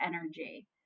energy